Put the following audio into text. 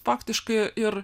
faktiškai ir